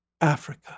Africa